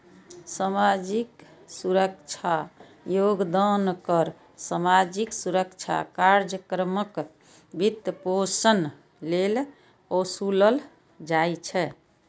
सामाजिक सुरक्षा योगदान कर सामाजिक सुरक्षा कार्यक्रमक वित्तपोषण लेल ओसूलल जाइ छै